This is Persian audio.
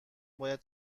باید